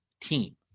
team